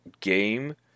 game